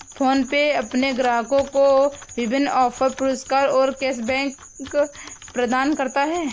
PhonePe अपने ग्राहकों को विभिन्न ऑफ़र, पुरस्कार और कैश बैक प्रदान करता है